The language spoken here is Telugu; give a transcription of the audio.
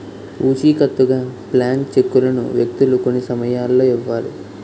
పూచికత్తుగా బ్లాంక్ చెక్కులను వ్యక్తులు కొన్ని సమయాల్లో ఇవ్వాలి